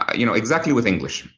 ah you know exactly with english,